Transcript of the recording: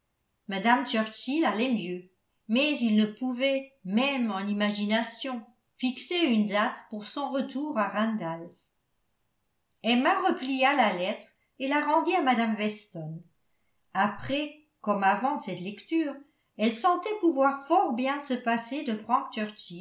mme churchill allait mieux mais il ne pouvait même en imagination fixer une date pour son retour à randalls emma replia la lettre et la rendit à mme weston après comme avant cette lecture elle sentait pouvoir fort bien se passer de frank